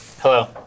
Hello